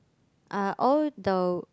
are all the